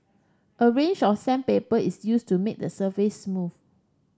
a range of sandpaper is used to make the surface smooth